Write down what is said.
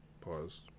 pause